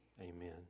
Amen